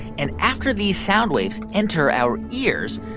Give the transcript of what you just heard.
and after these sound waves enter our ears,